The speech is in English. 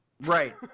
Right